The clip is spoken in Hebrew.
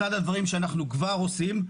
אחד הדברים שאנחנו כבר עושים,